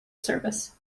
service